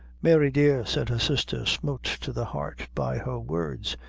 mary, dear, said her sister, smote to the heart by her words,